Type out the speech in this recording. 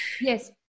Yes